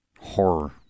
horror